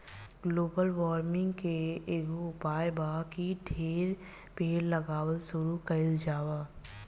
global warming के एकेगो उपाय बा की ढेरे पेड़ लगावल शुरू कइल जाव